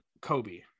Kobe